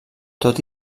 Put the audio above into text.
tot